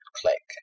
click